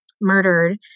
murdered